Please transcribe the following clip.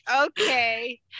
okay